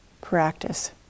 practice